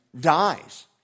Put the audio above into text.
dies